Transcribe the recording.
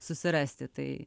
susirasti tai